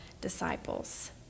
disciples